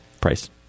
price